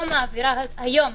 היום